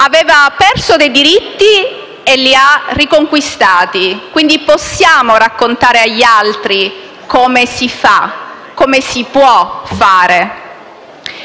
Aveva perso dei diritti e li ha riconquistati, quindi possiamo raccontare agli altri come si fa, come si può fare.